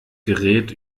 gerät